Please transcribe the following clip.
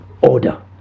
order